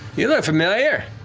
you look familiar.